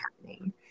happening